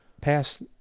past